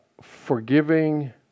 forgiving